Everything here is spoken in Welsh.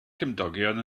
cymdogion